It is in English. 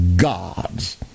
gods